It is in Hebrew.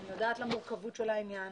אני יודעת על המורכבות של העניין,